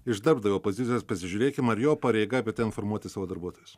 iš darbdavio pozicijos pasižiūrėkim ar jo pareiga apie tai informuoti savo darbuotojus